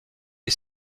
est